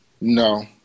No